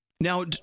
Now